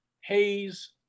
Hayes